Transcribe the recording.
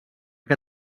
que